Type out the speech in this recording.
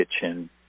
kitchen